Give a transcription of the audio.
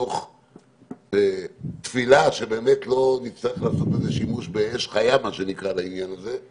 מתוך תפילה שבאמת לא נצטרך לעשות איזה שימוש באש חיה לעניין הזה,